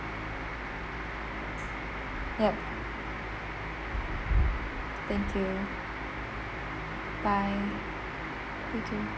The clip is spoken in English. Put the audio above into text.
yup thank you bye you too